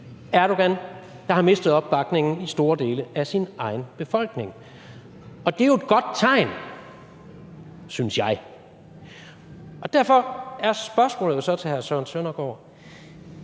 Erdogan, der har mistet opbakningen i store dele af sin egen befolkning. Og det er jo et godt tegn, synes jeg. Derfor er spørgsmålet så til hr. Søren Søndergaard: